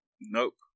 Nope